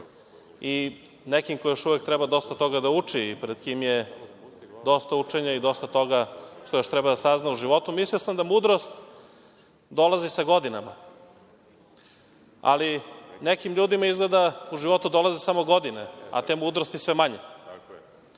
i nekim ko još uvek treba dosta toga da uči i pred kim je dosta učenja i dosta toga što još treba da sazna u životu, mislio sam da mudrost dolazi sa godinama, ali nekim ljudima izgleda u životu dolaze samo godine, a te mudrosti sve manje.